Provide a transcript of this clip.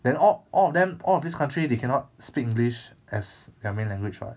then all all of them all of this country they cannot speak english as their main language [what]